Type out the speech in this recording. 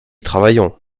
travaillons